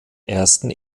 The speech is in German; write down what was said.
ersten